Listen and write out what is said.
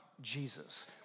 Jesus